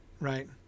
right